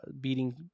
beating